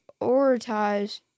prioritize